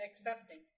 Accepting